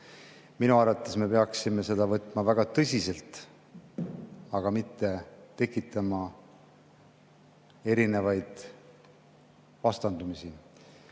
Minu arvates me peaksime seda võtma väga tõsiselt, aga mitte tekitama erinevaid vastandumisi.